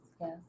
yes